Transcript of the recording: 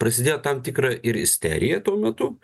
prasidėjo tam tikra ir isterija tuo metu